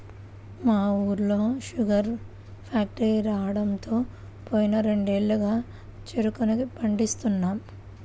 మా ఊళ్ళో sugar factory రాడంతో పోయిన రెండేళ్లుగా చెరుకునే పండిత్తన్నాం